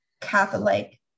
Catholic